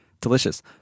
delicious